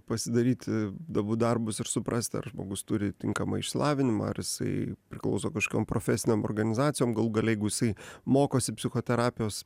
pasidaryti namų darbus ir suprasti ar žmogus turi tinkamą išsilavinimą ar jisai priklauso kažkokiom profesinėm organizacijom galų gale jeigu jisai mokosi psichoterapijos